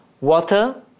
Water